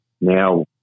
now